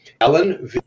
Ellen